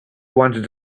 wanted